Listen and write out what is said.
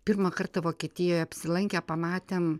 pirmą kartą vokietijoj apsilankę pamatėm